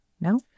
No